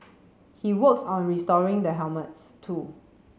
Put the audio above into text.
he works on restoring the helmets too